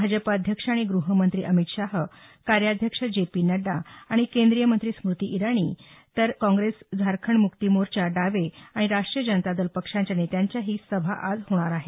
भाजप अध्यक्ष आणि ग्रहमंत्री अमित शाह कार्याध्यक्ष जे पी नड्डा आणि केंद्रीय मंत्री स्मृती इराणी यांच्या भाजप उमेदवारासाठी तर काँग्रेस झारखंड मुक्ती मोर्चा डावे आणि राष्ट्रीय जनता दल पक्षांच्या नेत्यांच्याही सभा होणार आहेत